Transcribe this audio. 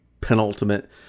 penultimate